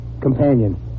companion